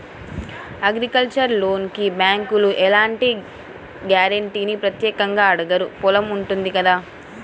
agricultural లోనుకి బ్యేంకులు ఎలాంటి గ్యారంటీనీ ప్రత్యేకంగా అడగరు పొలం ఉంటుంది కదా